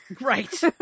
Right